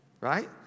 right